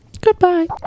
Goodbye